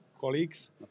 colleagues